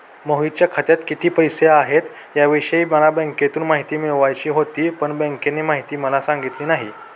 मोहितच्या खात्यात किती पैसे आहेत याविषयी मला बँकेतून माहिती मिळवायची होती, पण बँकेने माहिती मला सांगितली नाही